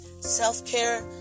Self-care